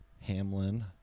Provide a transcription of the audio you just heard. Hamlin